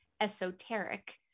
esoteric